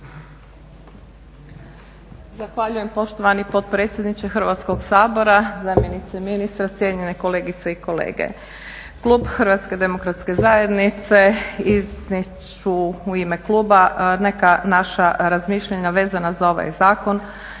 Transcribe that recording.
Zahvaljujem poštovani potpredsjedniče Hrvatskog sabora, zamjenice ministra, cijenjene kolegice i kolege. Klub Hrvatske demokratske zajednice iznijet ću u ime kluba neka naša razmišljanja vezana za ovaj zakon